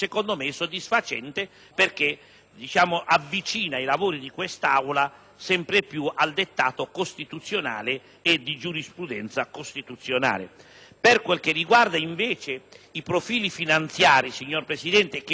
avvicina i lavori di quest'Aula sempre più al dettato costituzionale e alla giurisprudenza costituzionale. Per quanto riguarda invece i profili finanziari, signor Presidente, che hanno investito